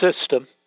system